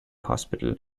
hospital